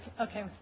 Okay